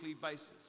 basis